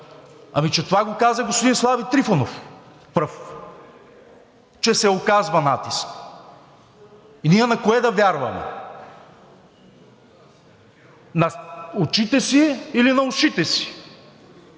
Ами че това го каза господин Слави Трифонов пръв, че се оказва натиск. Ние на кое да вярваме – на очите си или на ушите си?